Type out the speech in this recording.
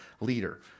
leader